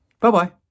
Bye-bye